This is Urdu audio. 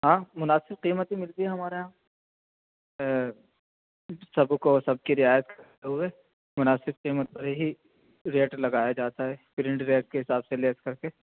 ہاں مناسب قیمت میں ملتی ہیں ہمارے یہاں سب کو سب کی رعایت کرتے ہوئے مناسب قیمت پر ہی ریٹ لگایا جاتا ہے پرنٹ ریٹ کے حساب سے لیس کر کے